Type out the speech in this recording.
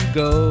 go